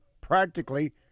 practically